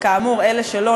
וכאמור אלה שלא,